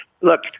Look